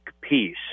peace